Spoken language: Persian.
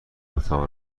اتاق